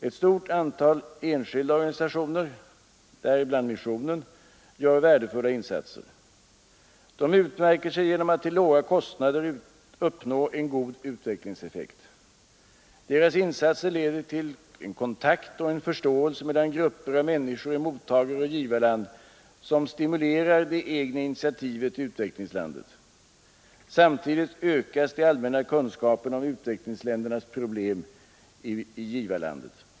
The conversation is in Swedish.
Ett stort antal enskilda organisationer, däribland missionen, gör värdefulla insatser. De utmärker sig genom att till låga kostnader uppnå en god utvecklingseffekt. Deras insatser leder till en kontakt och en förståelse mellan grupper av människor i mottagaroch givarland, som stimulerar det egna initiativet i utvecklingslandet. Samtidigt ökar de allmänna kunskaperna om utvecklingsländernas problem i givarlandet.